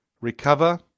recover